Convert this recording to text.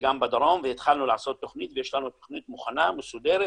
בדרום והתחלנו לעשות תוכנית ויש לנו תוכנית מוכנה ומסודרת